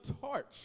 torch